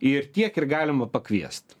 ir tiek ir galima pakviest